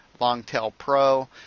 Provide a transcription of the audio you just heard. longtailpro